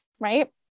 right